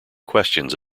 questions